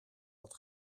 dat